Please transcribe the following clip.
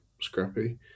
scrappy